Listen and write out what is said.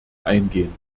eingehen